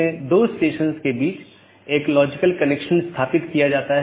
संदेश भेजे जाने के बाद BGP ट्रांसपोर्ट कनेक्शन बंद हो जाता है